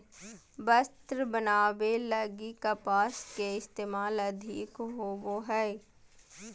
वस्त्र बनावे लगी कपास के इस्तेमाल अधिक होवो हय